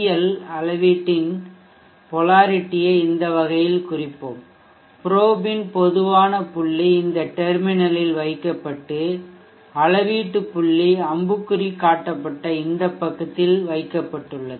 L அளவீட்டின் polarity ஐ இந்த வகையில் குறிப்போம் ப்ரோப் இன் பொதுவான புள்ளி இந்த டெர்மினல்இல் வைக்கப்பட்டு அளவீட்டு புள்ளி அம்புக்ககுறி காட்டப்பட்ட இந்த பக்கத்தில் வைக்கப்பட்டுள்ளது